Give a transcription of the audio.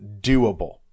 doable